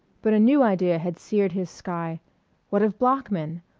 but a new idea had seared his sky what of bloeckman!